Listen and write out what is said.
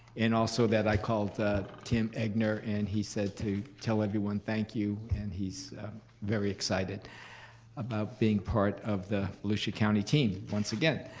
and also that i called tim egnor and he said to tell everyone thank you and he's very excited about being part of the volusia county team once again.